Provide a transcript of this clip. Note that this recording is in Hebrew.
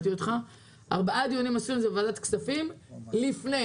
ארבעה דיונים ערכנו בוועדת הכספים לפני.